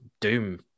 doom